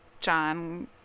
John